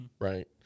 Right